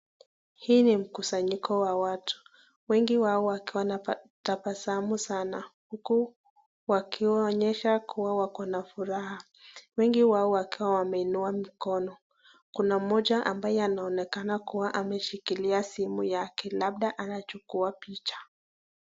Hii ni mkusanyiko ya watu, wengi wao wakiwa na tabasamu sana huku wakionyesha kua wako na furaha. Wengi wao wakiwa wameinua mikono, kuna mmoja ambaye anaonekana kua ameshikilia simu yake labda anachukua picha.